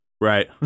Right